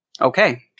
Okay